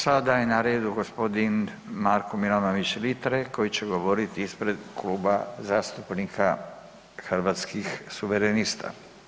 Sada je na redu g. Marko Milanović Litre koji će govoriti ispred Kluba zastupnika Hrvatskih suverenista.